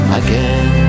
again